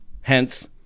hence